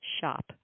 shop